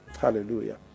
Hallelujah